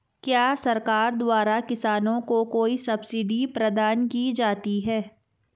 क्या सरकार द्वारा किसानों को कोई सब्सिडी प्रदान की जाती है?